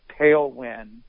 tailwind